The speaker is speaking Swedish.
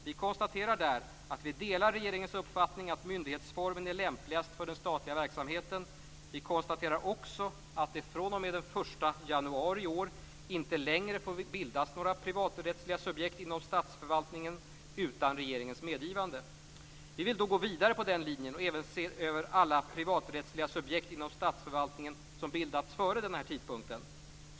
Vi konstaterar där att vi delar regeringens uppfattning att myndighetsformen är lämpligast för den statliga verksamheten. Vi konstaterar också att det fr.o.m. den 1 januari i år inte längre får bildas några privaträttsliga subjekt inom statsförvaltningen utan regeringens medgivande. Vi vill gå vidare på den linjen och även se över alla privaträttsliga subjekt inom statsförvaltningen som bildats före denna tidpunkt.